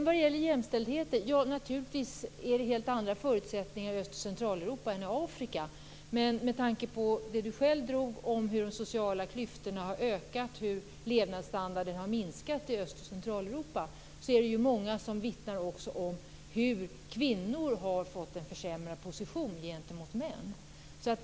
Vad gäller jämställdheten är det naturligtvis helt andra förutsättningar i Öst och Centraleuropa än i Afrika. Men Pierre Schori tog själv upp hur de sociala klyftorna har ökat, hur levnadsstandarden har minskat i Öst och Centraleuropa. Det är också många som vittnar om hur kvinnor har fått en försämrad position gentemot män.